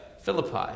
Philippi